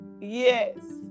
Yes